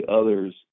others